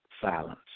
silence